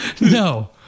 No